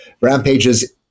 rampages